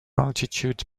altitude